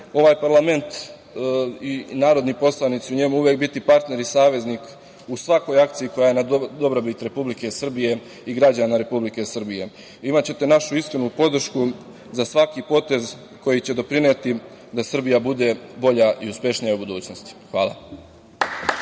ovaj parlament i narodni poslanici u njemu uvek biti partner i saveznik u svakoj akciji koja je na dobrobit Republike Srbije i građana Republike Srbije. Imaćete našu iskrenu podršku za svaki potez koji će doprineti da Srbija bude bolja i uspešnija u budućnosti. Hvala.